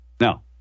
Now